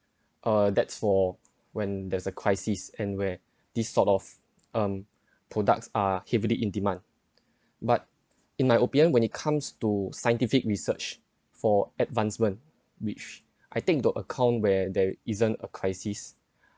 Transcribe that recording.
uh that's for when there's a crisis and where this sort of um products are heavily in demand but in my opinion when it comes to scientific research for advancement which I think the account where there isn't a crisis